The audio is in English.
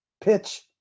pitch